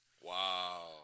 Wow